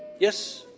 yes.